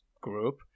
group